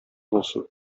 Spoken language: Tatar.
булсын